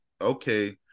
Okay